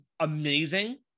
amazing